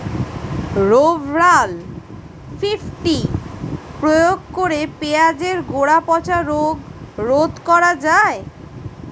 Rovral fifty প্রয়োগ করে পেঁয়াজের গোড়া পচা রোগ রোধ করা যায়?